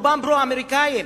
רובם פרו-אמריקנים,